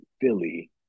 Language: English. Philly –